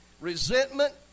Resentment